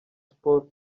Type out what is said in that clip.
sports